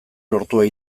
lortua